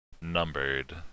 numbered